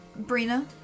Brina